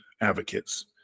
advocates